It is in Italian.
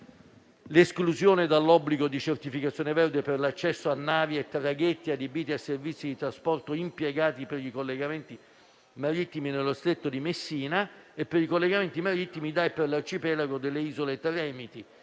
l'esclusione dall'obbligo di certificazione verde per l'accesso a navi e traghetti adibiti a servizi di trasporto impiegati per i collegamenti marittimi nello stretto di Messina e per i collegamenti marittimi da e per l'arcipelago delle isole Tremiti.